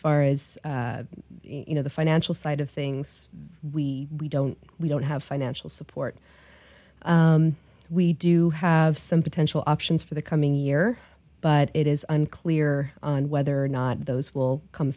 far as you know the financial side of things we don't we don't have financial support we do have some potential options for the coming year but it is unclear whether or not those will come